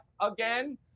again